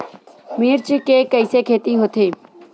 मिर्च के कइसे खेती होथे?